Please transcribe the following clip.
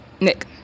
Nick